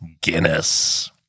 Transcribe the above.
Guinness